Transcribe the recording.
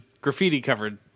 graffiti-covered